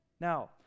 Now